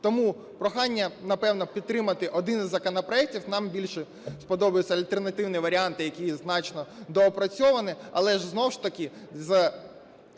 тому прохання, напевне, підтримати один із законопроектів, нам більше подобаються альтернативні варіанти, які значно доопрацьовані, але, знову ж таки,